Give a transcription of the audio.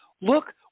Look